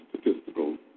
statistical